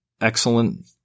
excellent